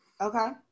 Okay